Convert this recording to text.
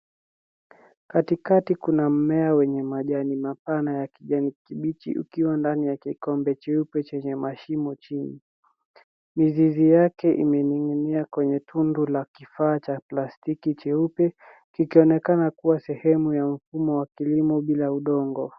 Katikati kuna mmea wenye majani mapana ya kijani kibichi kikiwa ndani ya kikombe jeupe chenye mashimo chini, mizizi yake imening'inia kwenye tundu la kifaa cha plastiki jeupe kikionekana kuwa sehemu ya mfumo wa kilimo bila udongo.